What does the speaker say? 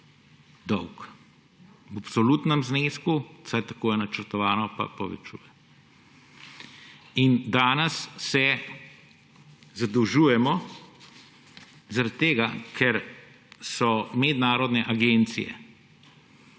dolg, v absolutnem znesku, vsaj tako je načrtovano, pa povečuje. Danes se zadolžujemo zaradi ocen mednarodnih agencij,